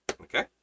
okay